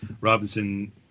Robinson